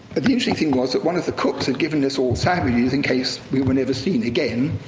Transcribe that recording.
eventually, thing was that one of the cooks had given us all sandwiches in case we were never seen again.